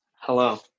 Hello